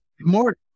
More